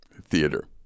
theater